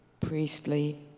priestly